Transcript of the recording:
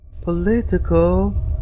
Political